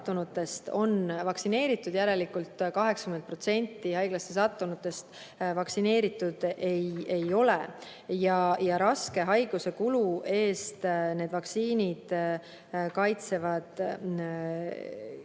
on vaktsineeritud, järelikult 80% haiglasse sattunutest vaktsineeritud ei ole. Ja haiguse raske kulu eest need vaktsiinid kaitsevad